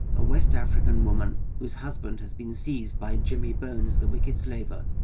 a west african woman whose husband has been seized by jimmie bones, the wicked slaver,